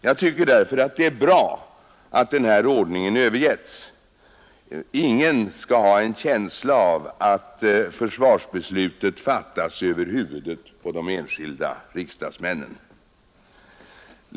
Jag tycker därför att det är bra att denna ordning övergivits. Ingen skall ha en känsla av att försvarsbesluten fattas över huvudet på de enskilda riksdagsmännen.